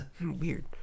weird